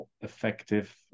effective